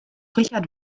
richard